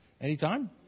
Anytime